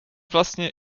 vlastně